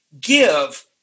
give